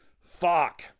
fuck